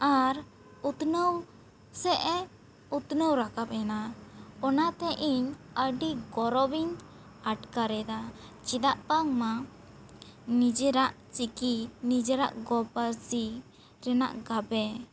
ᱟᱨ ᱩᱛᱱᱟᱹᱣ ᱥᱮᱫ ᱮ ᱩᱛᱱᱟᱹᱣ ᱨᱟᱠᱟᱵ ᱮᱱᱟ ᱚᱱᱟ ᱛᱮ ᱤᱧ ᱟᱹᱰᱤ ᱜᱚᱨᱚᱵᱽ ᱤᱧ ᱟᱴᱠᱟᱨ ᱮᱫᱟ ᱪᱮᱫᱟᱜ ᱵᱟᱝ ᱢᱟ ᱱᱤᱡᱮᱨᱟᱜ ᱪᱤᱠᱤ ᱱᱤᱡᱮᱨᱟᱜ ᱜᱚ ᱯᱟᱹᱨᱥᱤ ᱨᱮᱱᱟᱜ ᱜᱟᱵᱮ